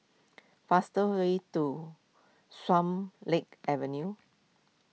faster way to Swan Lake Avenue